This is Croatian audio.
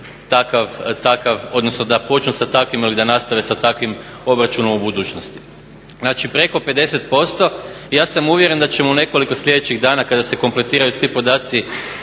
odnosno da počnu sa takvim ali da nastave sa takvim obračunom u budućnosti. Znači, preko 50%. Ja sam uvjeren da ćemo u nekoliko sljedećih dana kada se kompletiraju svi podaci